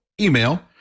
email